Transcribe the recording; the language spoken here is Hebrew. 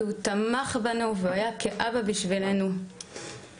כי הוא תמך בנו והוא היה כאבא בשבילנו וכאימא,